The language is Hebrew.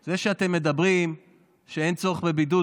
זה שאתם מדברים שאין צורך בבידוד,